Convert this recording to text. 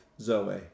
Zoe